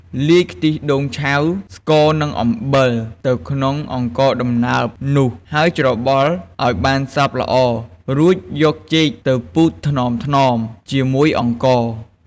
លាយខ្ទិះដូងឆៅ ស្ករនិងអំបិលទៅក្នុងអង្ករដំណើបនោះ ហើយច្របល់ឱ្យបានសព្វល្អរួចយកចេកទៅពូតថ្នមៗជាមួយអង្ករ។